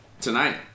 tonight